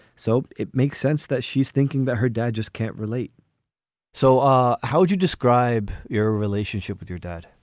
so it makes sense that she's thinking that her dad just can't relate so um how would you describe your relationship with your dad?